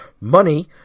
money